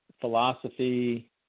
philosophy